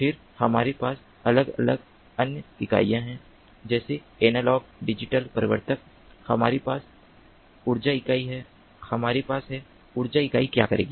फिर हमारे पास अलग अलग अन्य इकाइयाँ हैं जैसे एनालॉग डिजिटल परिवर्तक हमारे पास ऊर्जा इकाई है हमारे पास है ऊर्जा इकाई क्या करेगी